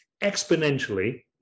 exponentially